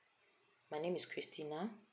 my name is christina